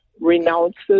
renounces